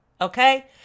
okay